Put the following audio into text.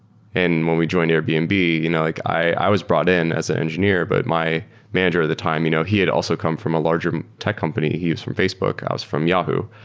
and when we joined airbnb, and you know like i was brought in as an engineer, but my manager at the time, you know he had also come from a larger tech company. he was from facebook. i was from yahoo.